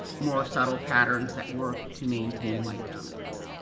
more subtle patterns that work to maintain white dominance.